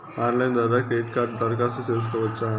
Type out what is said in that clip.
Online ద్వారా credit కార్డుకు దరఖాస్తు సేసుకోవచ్చా?